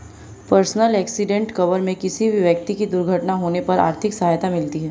personal accident cover में किसी भी व्यक्ति की दुर्घटना होने पर आर्थिक सहायता मिलती है